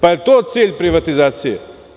Da li je to cilj privatizacije?